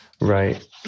right